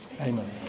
Amen